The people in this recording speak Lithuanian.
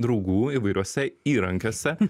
draugų įvairiuose įrankiuose